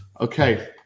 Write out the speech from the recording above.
okay